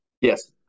Yes